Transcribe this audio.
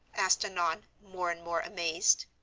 asked annon, more and more amazed.